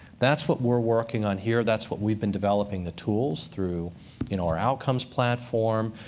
that's what we're working on here. that's what we've been developing the tools through you know our outcomes platform,